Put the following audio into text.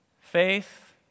Faith